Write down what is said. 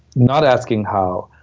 not asking how.